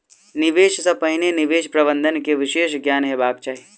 निवेश सॅ पहिने निवेश प्रबंधन के विशेष ज्ञान हेबाक चाही